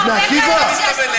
"בני עקיבא"?